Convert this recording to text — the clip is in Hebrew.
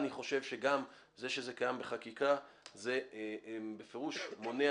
זה שזה קיים בחקיקה זה בפירוש מונע